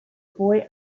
boy